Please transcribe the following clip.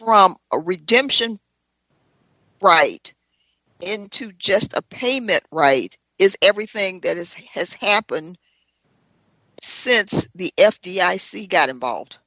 from a redemption right into just a payment right is everything that is has happened since the f d i c got involved